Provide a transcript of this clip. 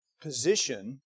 position